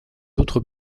autres